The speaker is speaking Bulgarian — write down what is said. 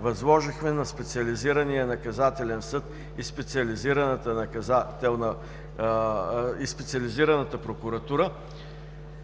възложихме на Специализирания наказателен съд и Специализираната прокуратура